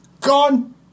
Gone